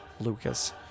Lucas